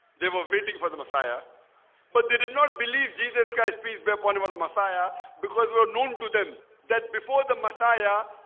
they were waiting for the messiah but they did not believe jesus christ peace be upon him of the messiah because we were known to them that before the messiah